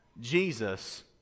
jesus